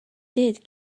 did